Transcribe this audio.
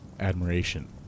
admiration